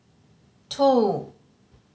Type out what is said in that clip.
two